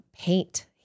paint